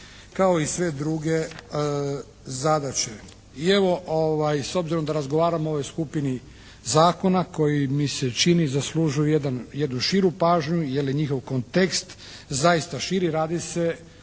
kao i sve druge zadaće. I evo s obzirom da razgovaramo o ovoj skupini zakona koji mi se čini zaslužuje jednu širu pažnju jer je njihov kontekst zaista širi. Radi se